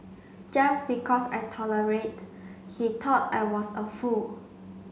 just because I tolerate he thought I was a fool